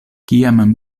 kiam